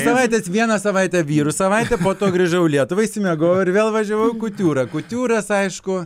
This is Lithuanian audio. savaitės vieną savaitę vyrų savaitė po to grįžau į lietuvą išsimiegojau ir vėl važiavau į kutiūrą kutiūras aišku